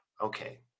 okay